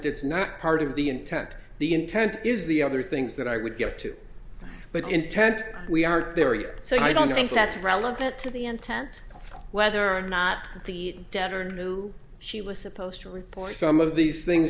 it's not part of the intent the intent is the other things that i would get to but intent we aren't there yet so i don't think that's relevant to the intent whether or not the debtor knew she was supposed to report some of these things